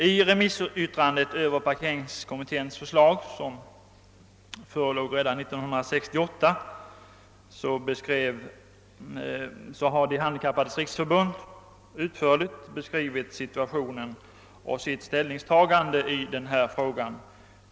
I remissyttrandet över parkeringskommitténs förslag, som framlades redan 1968, har De handikappades riksförbund utförligt beskrivit situationen och klargjort sin ställning i frågan.